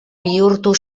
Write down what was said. bihurtu